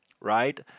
right